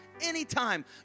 Anytime